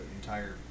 entire